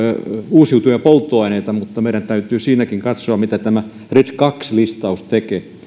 uusiutuvia polttoaineita mutta meidän täytyy siinäkin katsoa mitä tämä red kaksi listaus tekee